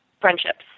friendships